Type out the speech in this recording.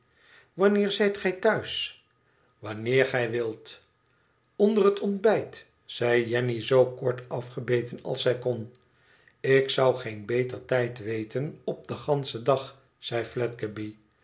wanneer zijt gij thuis wanneer gij wilt onder het ontbijt zei jenny zoo kort afgebeten als zij kon ik zou geen beter tijd weten op den ganschen dag zei